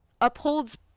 upholds